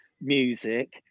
music